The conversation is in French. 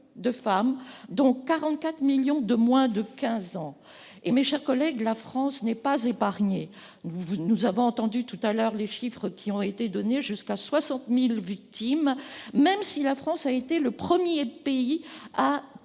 de femmes, dont 44 millions de moins de quinze ans. Mes chers collègues, la France n'est pas épargnée. Nous avons entendu tout à l'heure les chiffres qui ont été donnés : jusqu'à 60 000 victimes en France, même si notre pays a